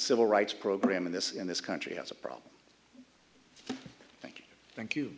civil rights program in this in this country has a problem thank you